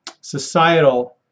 societal